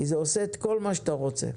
כי זה עושה את כל מה שאתה רוצה.